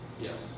yes